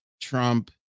Trump